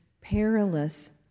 perilous